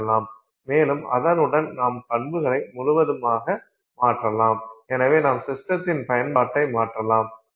மேலும் அதனுடன் நாம் பண்புகளை முழுவதுமாக மாற்றலாம் எனவே நாம் சிஸ்டத்தின் பயன்பாட்டை மாற்றலாம்